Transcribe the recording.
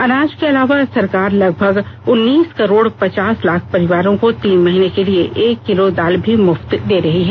अनाज के अलावा सरकार लगभग उन्नीस करोड़ पचास लाख परिवारों को तीन महीने के लिए एक किलो दाल भी मुफ्त दे रही है